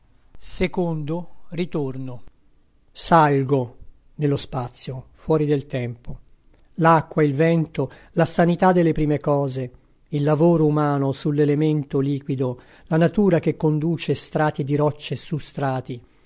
dino campana salgo nello spazio fuori del tempo l'acqua il vento la sanità delle prime cose il lavoro umano sull'elemento liquido la natura che conduce strati di rocce su strati